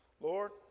Lord